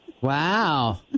Wow